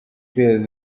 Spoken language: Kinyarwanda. peas